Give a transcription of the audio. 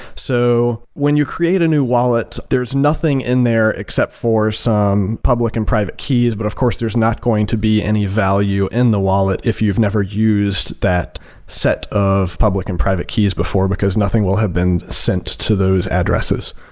so when you create a new wallet, there's nothing in there except for some public and private keys, but of course there's not going to be any any value in the wallet if you've never used that set of public and private keys before, because nothing will have been sent to those addresses.